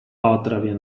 pátravě